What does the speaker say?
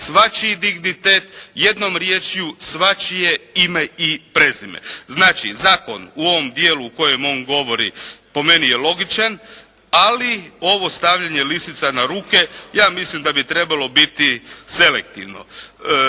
svačiji dignitet, jednom riječju svačije ime i prezime. Znači zakon u ovom dijelu u kojem on govori po meni je logičan, ali ovo stavljanje lisica na ruke ja mislim da bi trebalo biti selektivno.